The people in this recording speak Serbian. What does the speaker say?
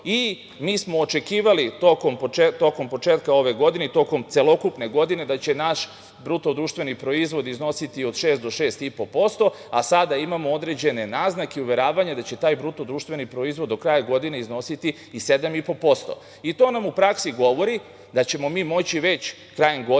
Mi smo očekivali, tokom početka ove godine i tokom celokupne godine, da će naš BDP iznositi od 6% do 6,5%, a sada imamo određene naznake i uveravanja da će taj BDP do kraja godine iznositi i 7,5%. To nam u praksi govori da ćemo mi moći već krajem godine